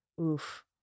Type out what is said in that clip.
Oof